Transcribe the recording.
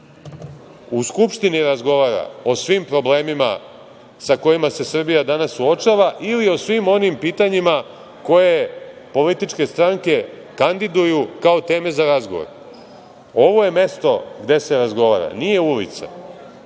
u Skupštini razgovara o svim problemima sa kojima se Srbija danas suočava ili o svim onim pitanjima koje političke stranke kandiduju kao teme za razgovor. Ovo je mesto gde se razgovara, nije ulica.